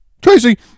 Tracy